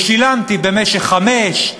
ושילמתי במשך חמש,